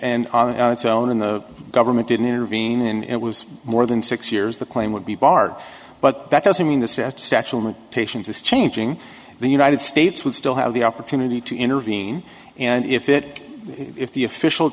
it and on its own in the government didn't intervene and it was more than six years the claim would be barred but that doesn't mean the set settlement patients is changing the united states would still have the opportunity to intervene and if it if the official